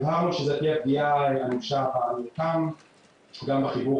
הבהרנו שזו תהיה פגיעה אנושה במרקם גם בחיבור